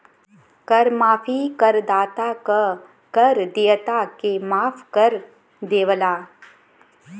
कर माफी करदाता क कर देयता के माफ कर देवला